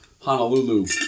Honolulu